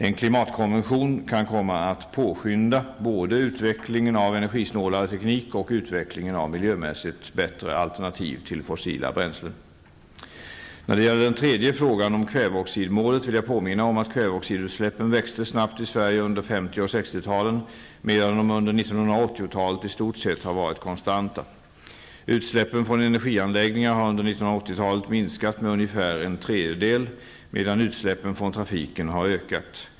En klimatkonvention kan komma att påskynda både utvecklingen av energisnålare teknik och utvecklingen av miljömässigt bättre alternativ till fossila bränslen. När det gäller den tredje frågan om kväveoxidmålet vill jag påminna om att kväveoxidutsläppen växte snabbt i Sverige under 1950 och 1960-talen medan de under 1980-talet i stort sett har varit konstanta. Utsläppen från energianläggningar har under 1980 talet minskat med ungefär en tredjedel medan utsläppen från trafiken har ökat.